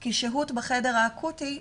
כי שהות בחדר האקוטי,